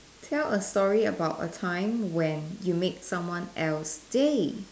tell a story about a time when you make someone else day